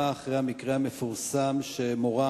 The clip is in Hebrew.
באה אחרי המקרה המפורסם שמורה